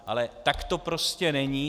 Ale tak to prostě není.